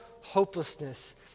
hopelessness